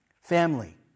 family